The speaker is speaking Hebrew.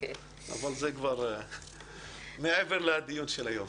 אבל זה כבר לדיון של היום.